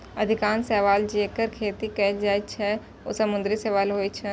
अधिकांश शैवाल, जेकर खेती कैल जाइ छै, ओ समुद्री शैवाल होइ छै